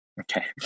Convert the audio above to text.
okay